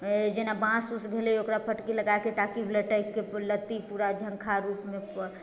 जेना बाँस उस भेलै ओकरा फटकी लगाकऽ ताकि लटकिकऽ लत्ती पूरा झनखार रूपमे